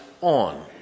on